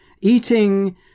eating